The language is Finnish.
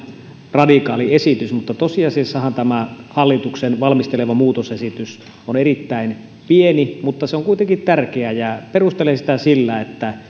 radikaali esitys mutta tosiasiassahan tämä hallituksen valmistelema muutosesitys on erittäin pieni mutta se on kuitenkin tärkeä perustelen sitä sillä että